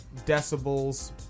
decibels